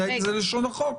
זה לשון החוק.